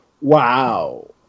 Wow